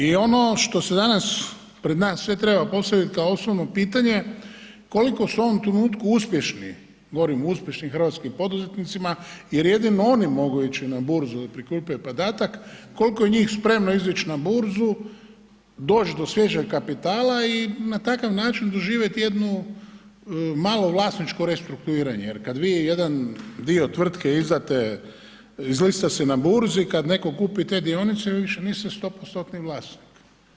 I ono što se danas pred na sve treba postaviti kao osnovno pitanje, koliko su u ovom trenutku uspješni, govorim o uspješnim hrvatskim poduzetnicima jer jedino oni mogu ići na brzu … podatak koliko je njih spremno izić na burzu, doć do svježeg kapitala i na takav način doživjet jednu malo vlasničko restrukturiranje jer kada vi jedan dio tvrtke izdate izlista se na burzi i kada neko kupi te dionice vi više niste 100%-ni vlasnik.